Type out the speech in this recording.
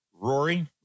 Rory